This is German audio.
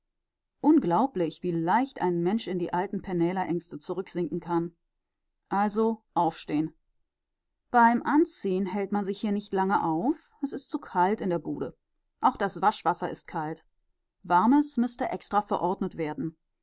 unglaublich wie leicht ein mensch in die alten pennälerängste zurücksinken kann also aufstehen beim anziehen hält man sich hier nicht lange auf es ist zu kalt in der bude auch das waschwasser ist kalt warmes müßte extra verordnet werden